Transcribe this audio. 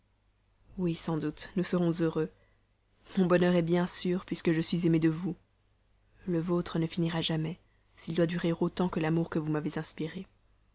oui sans doute nous serons heureux mon bonheur est bien sûr puisque je suis aimé de vous le vôtre ne finira jamais s'il doit durer autant que l'amour que vous m'avez inspiré